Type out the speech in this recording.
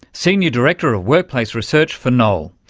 senior director of workplace research for knoll,